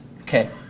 Okay